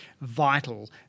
vital